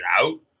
out